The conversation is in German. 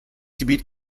gebiet